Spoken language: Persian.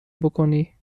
بکنی